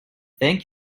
thank